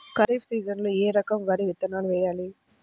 ఖరీఫ్ సీజన్లో ఏ రకం వరి విత్తనాలు వేయాలి?